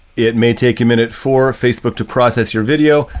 it may take a minute for facebook to process your video,